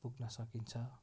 पुग्न सकिन्छ